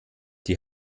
die